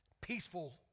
peaceful